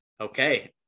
okay